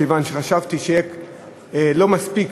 מכיוון שחשבתי שבארבע דקות לא אספיק